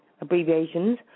abbreviations